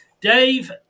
Dave